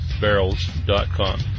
Barrels.com